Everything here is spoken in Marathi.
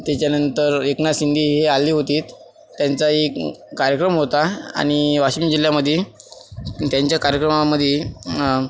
त्याच्यानंतर एकनाथ शिंदे हे आले होते त्यांचा एक कार्यक्रम होता आणि वाशिम जिल्ह्यामध्ये त्यांच्या कार्यक्रमामध्ये